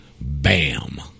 Bam